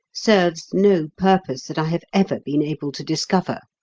serves no purpose that i have ever been able to discover.